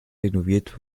renoviert